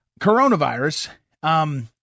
Coronavirus